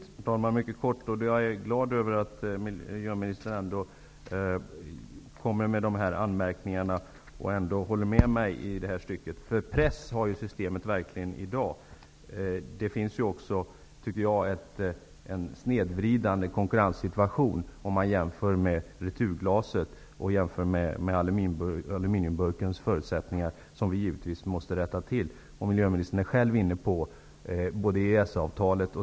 Herr talman! Mycket kort: Jag är glad över att miljöministern ändå håller med mig i det här stycket. Systemet har verkligen en press inbyggt. Det finns också en snedvridande konkurrenseffekt, om man jämför med aluminiumburkens förutsättningar med returglasets, som vi givetvis måste rätta till. Miljöministern var själv inne på EES-avtalet.